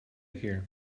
here